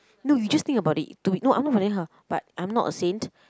no you just think about it to you I'm not her but I'm not a saint